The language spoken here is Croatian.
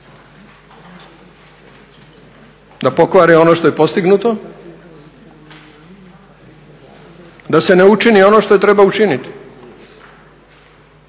Da pokvari ono što je postignuto, da se ne učini ono što treba učiniti?